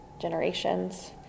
generations